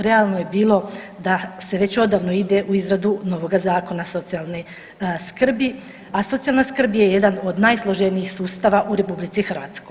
Realno bi bilo da se već odavno ide u izradu novoga Zakona socijalne skrbi, a socijalna skrb je jedan od najsloženijih sustava u RH.